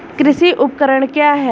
कृषि उपकरण क्या है?